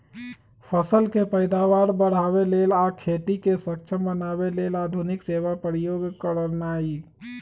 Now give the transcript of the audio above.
फसल के पैदावार बढ़ाबे लेल आ खेती के सक्षम बनावे लेल आधुनिक सेवा उपयोग करनाइ